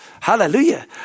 Hallelujah